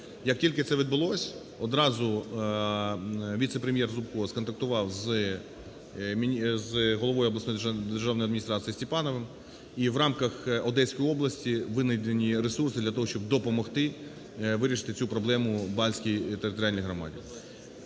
Як тільки це відбулося, одразу віце-прем'єр Зубко сконтактував з головою обласної державної адміністрації Степановим - і в рамках Одеської області винайдені ресурси для того, щоб допомогти вирішити цю проблему Балтській територіальній громаді.